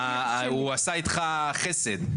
הוא עשה איתך חסד,